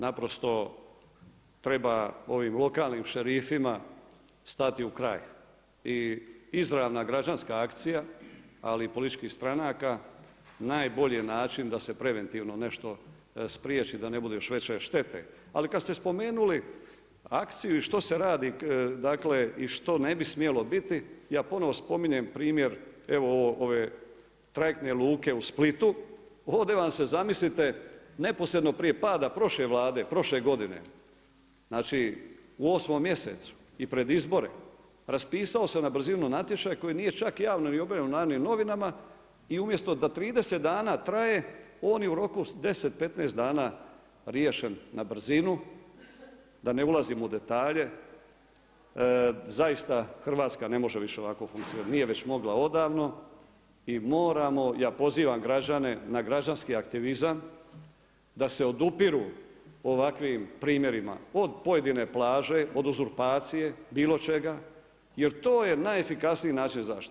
Naprosto treba ovim lokalnim šerifima stati u kraj i izravna građanska akcija ali političkih stranaka najbolji je način da se preventivno nešto spriječi da ne bude još veće štete, ali kad ste spomenuli akciju i što se radi i što ne bi smjelo biti, ja ponovno spominjem primjer, ove trajektne luke u Splitu, ovdje vam se zamislite neposredno prije pada prošle Vlade, prošle godine u 8. mjesecu i pred izbore, raspisao se na brzinu natječaj koji nije čak javno ni objavljen u Narodnim novinama, i umjesto da 30 dana traje, oni u roku 10, 15 dana riješen na brzinu, da ne ulazimo u detalje, zaista Hrvatska ne može više ovako funkcionirati, nije već mogla odavno i moramo, ja pozivam građane na građanski aktivizam da se odupiru ovakvim primjerima od pojedine plaće, od uzurpacije bilo čega jer to je najefikasniji način zaštite.